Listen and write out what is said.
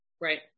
Right